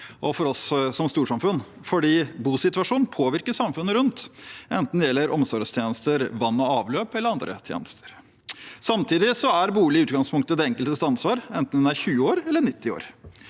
og for oss som storsamfunn, for bosituasjonen påvirker samfunnet rundt enten det gjelder omsorgstjenester, vann og avløp eller andre tjenester. Samtidig er bolig i utgangspunktet den enkeltes ansvar, enten en er 20 år eller 90 år.